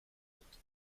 dut